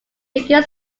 baking